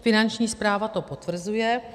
Finanční správa to potvrzuje.